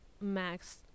Max